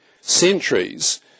centuries